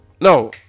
No